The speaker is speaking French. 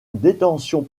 détention